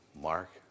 Mark